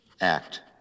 act